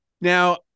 Now